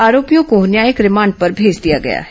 आरोपियों को न्यायिक रिमांड पर भेज दिया गया है